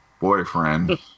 boyfriend